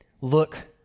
look